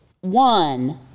one